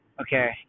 okay